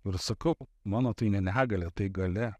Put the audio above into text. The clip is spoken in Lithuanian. ir sakau mano tai ne negalia tai galia